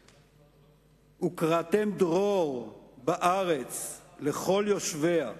וקראתם דרור בארץ לכל ישביה